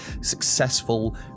successful